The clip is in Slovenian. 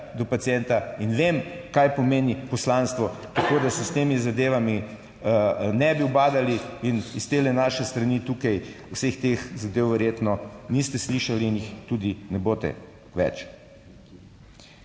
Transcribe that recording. do pacienta in vem, kaj pomeni poslanstvo, tako da se s temi zadevami ne bi ubadali in iz te naše strani tukaj vseh teh zadev verjetno niste slišali in jih tudi ne boste več.